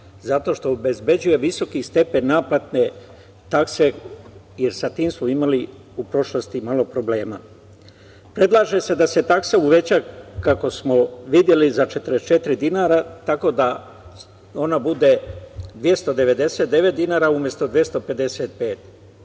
Zato što obezbeđuje visoki stepen naplate takse, jer sa tim smo imali u prošlosti malo problema. Predlaže se da se taksa uveća, kako smo videli, za 44 dinara, tako da ona bude 299 dinara, umesto 255.